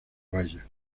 valla